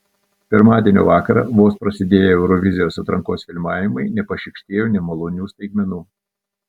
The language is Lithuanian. pirmadienio vakarą vos prasidėję eurovizijos atrankos filmavimai nepašykštėjo nemalonių staigmenų